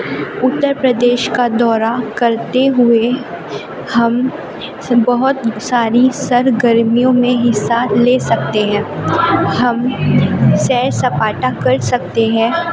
اتر پردیش کا دورہ کرتے ہوئے ہم بہت ساری سرگرمیوں میں حصہ لے سکتے ہیں ہم سیر سپاٹا کر سکتے ہیں